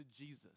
Jesus